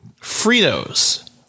Fritos